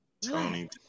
Tony